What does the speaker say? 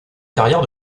carrière